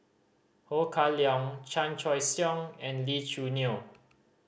Ho Kah Leong Chan Choy Siong and Lee Choo Neo